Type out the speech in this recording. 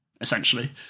essentially